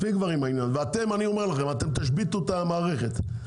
אתם תשביתו את המערכת,